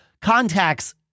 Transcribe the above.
contacts